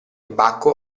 bacco